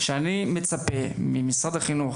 שהציפייה שלי ממשרד החינוך,